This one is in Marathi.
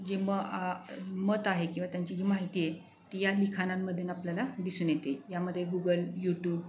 जे म मत आहे किंवा त्यांची जी माहिती आहे ती या लिखाणांमधून आपल्याला दिसून येते यामध्ये गुगल यूट्यूब